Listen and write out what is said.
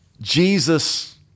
Jesus